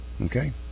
Okay